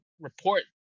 report